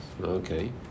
okay